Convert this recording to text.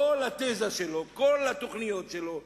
כל התזה שלו, כל התוכניות שלו,